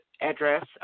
address